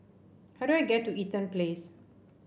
how do I get to Eaton Place